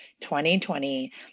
2020